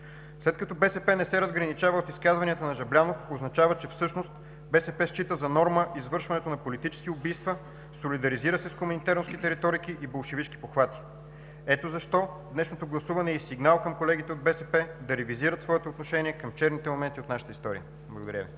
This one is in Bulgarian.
След като БСП не се разграничава от изказванията на Жаблянов, означава, че всъщност БСП счита за норма извършването на политически убийства, солидаризира се с коминтерновските риторики и болшевишки похвати. Ето защо днешното гласуване е и сигнал към колегите от БСП да ревизират своето отношение към черните моменти от нашата история. Благодаря Ви.